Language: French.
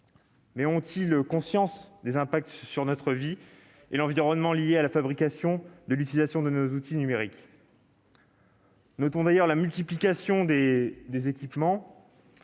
Mais ont-ils conscience des impacts sur notre vie et l'environnement liés à la fabrication et l'utilisation de nos outils numériques ? Notons une multiplication des équipements,